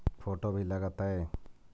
Photo भी लग तै?